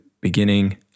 beginning